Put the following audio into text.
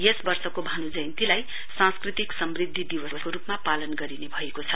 यस वर्षको भानुज्तीलाई सांस्कृतिक समृद्धि दिवसको रूपमा पालन गरिने भएको छ